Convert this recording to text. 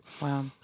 Wow